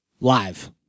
live